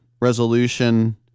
resolution